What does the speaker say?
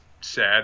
sad